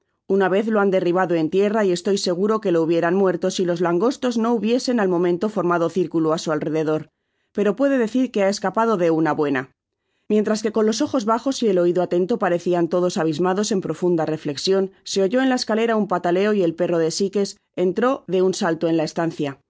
una vez lo han derribado en tierra y estoy seguro que lo hubieran muerto si los langostos no hubiesen al momento formado circulo á su alrededor pero puede decir que ha escapado de una buena mientras que con los ojos bajos y el oido atento parecian todos abismados en profunda reflecsion se oyó en la escalera un pataleo y el perro de sikes entró de un salto en la estancia miraron nmediatamente á